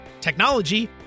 technology